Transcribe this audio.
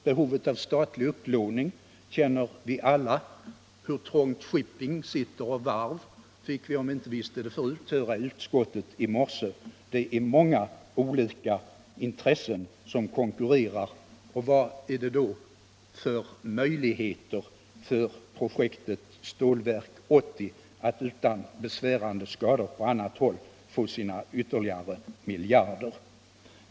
Behovet av statlig upplåning känner vi alla. Hur trångt shipping och varvsindustrin sitter fick vi, om vi inte visste det förut, höra i utskottet i morse. Det är många olika intressen som konkurrerar, och vad finns det då för möjligheter för projektet Stålverk 80 att utan besvärande skador på annat håll få sina ytterligare miljarder?